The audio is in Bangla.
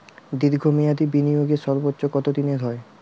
দীর্ঘ মেয়াদি বিনিয়োগের সর্বোচ্চ কত দিনের হয়?